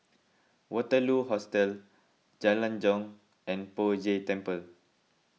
Waterloo Hostel Jalan Jong and Poh Jay Temple